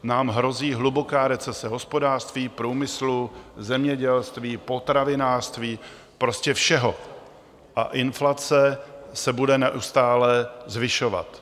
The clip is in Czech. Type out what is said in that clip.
Nám hrozí hluboká recese v hospodářství, průmyslu, zemědělství, potravinářství, prostě všeho, a inflace se bude neustále zvyšovat.